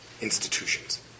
institutions